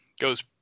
goes